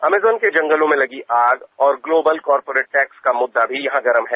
Amazon के जंगलों में लगी आग और ग्लोबल कॉरपोरेट टैक्स का मुद्दा भी यहां गरम है